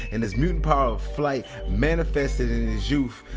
and his mutant power of flight manifested in his youth,